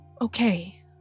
okay